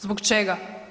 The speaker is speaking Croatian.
Zbog čega?